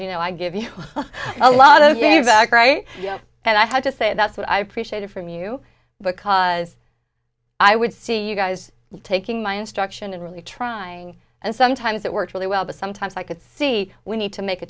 you know i give you a lot of the exact right and i had to say that's what i appreciated from you because i would see you guys taking my instruction and really trying and sometimes that works really well but sometimes i could see we need to make a